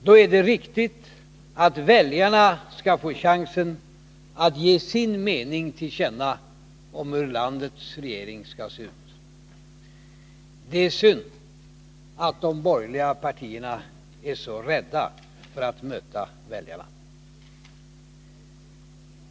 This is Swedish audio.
Då är det riktigt att väljarna skall få chansen att ge sin mening till känna om hur landets regering skall se ut. Det är synd att de borgerliga partierna är så rädda för att möta väljarna.